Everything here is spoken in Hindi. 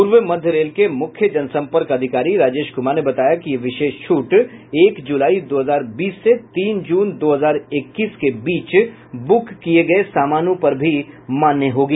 पूर्व मध्य रेल के मुख्य जनसंपर्क अधिकारी राजेश कुमार ने बताया कि यह विशेष छूट एक जुलाई दो हजार बीस से तीन जून दो हजार इक्कीस के बीच बुक किये गये समानों पर भी मान्य होगी